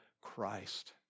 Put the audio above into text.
Christ